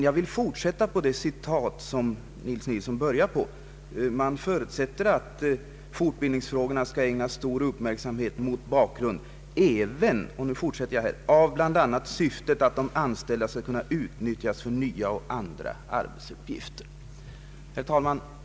Jag vill fortsätta det citat som herr Nils Nilsson började på: ”Utskottet förutsätter att lantmäteristyrelsen fortfarande ägnar fortbildningsfrågorna stor uppmärksamhet” — här fortsätter jag på citatet — ”mot bakgrund även av bl.a. syftet att de anställda skall kunna utnyttjas för nya och andra arbetsuppgifter ———”. Herr talman!